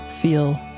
feel